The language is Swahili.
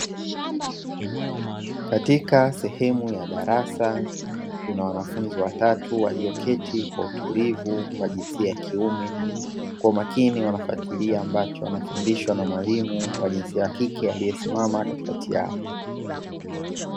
Katika sehemu ya darasa kuna wanafunzi watatu walioketi kwa utulivu (wa jinsia ya kiume), kwa umakini wanafuatilia ambacho wanafundishwa na mwalimu (wa jinsia ya kike), aliyesimama katikati yao.